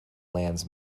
lands